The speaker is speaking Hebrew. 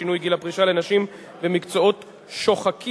שינוי גיל הפרישה לנשים במקצועות שוחקים).